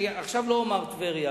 אני עכשיו לא אומר טבריה,